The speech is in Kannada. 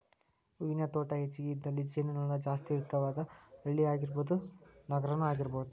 ಹೂವಿನ ತೋಟಾ ಹೆಚಗಿ ಇದ್ದಲ್ಲಿ ಜೇನು ನೊಣಾ ಜಾಸ್ತಿ ಇರ್ತಾವ, ಅದ ಹಳ್ಳಿ ಆಗಿರಬಹುದ ನಗರಾನು ಆಗಿರಬಹುದು